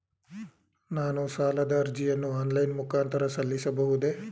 ನಾನು ಸಾಲದ ಅರ್ಜಿಯನ್ನು ಆನ್ಲೈನ್ ಮುಖಾಂತರ ಸಲ್ಲಿಸಬಹುದೇ?